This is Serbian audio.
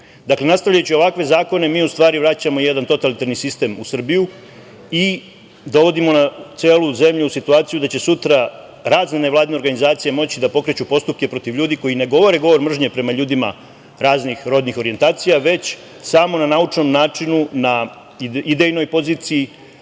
nastavljajući ovakve zakone mi u stvari vraćamo jedan totalitarni sistem u Srbiju i dovodimo celu zemlju u situaciju da će sutra razne nevladine organizacije moći da pokreću postupke protiv ljudi koji ne govore govorom mržnje prema ljudi raznih rodnih orijentacija, već samo na naučnom načinu, na idejnoj poziciji,